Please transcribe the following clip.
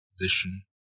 position